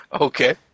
Okay